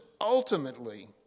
ultimately